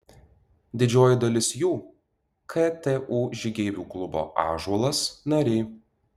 didžioji dalis jų ktu žygeivių klubo ąžuolas nariai